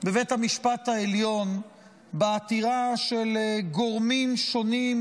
בבית המשפט העליון בעתירה של גורמים שונים,